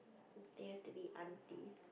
they have to be auntie